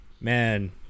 Man